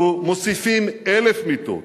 אנחנו מוסיפים 1,000 מיטות.